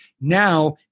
now